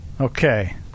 Okay